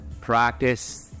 practice